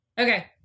Okay